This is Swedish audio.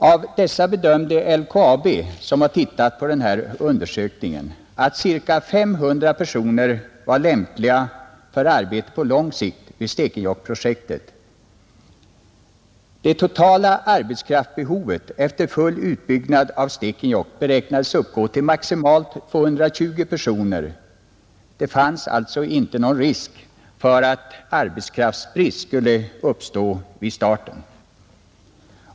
Av dessa bedömde LKAB, som har tittat på den här undersökningen, cirka 500 personer vara lämpliga för arbete på lång sikt vid Stekenjokkprojektet, Det totala arbetskraftsbehovet efter full utbyggnad av Stekenjokk beräknades uppgå till maximalt 220 personer. Det fanns alltså inte någon risk för att arbetskraftsbrist skulle uppstå vid starten.